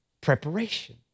Preparation